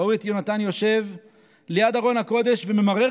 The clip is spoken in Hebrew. ראו את יונתן יושב ליד ארון הקודש וממרר